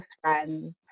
friends